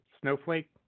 snowflake